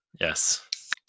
Yes